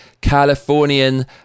Californian